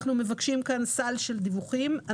אנחנו מבקשים כאן סל של דיווחים.